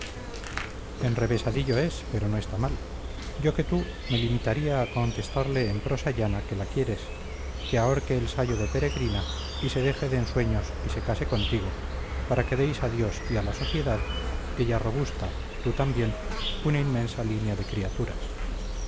enrevesadillo es pero no está mal yo que tú me limitaría a contestarle en prosa llana que la quieres que ahorque el sayo de peregrina y se deje de ensueños y se case contigo para que deis a dios y a la sociedad ella robusta tú también una inmensa línea de criaturas